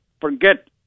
forget